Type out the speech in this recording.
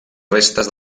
restes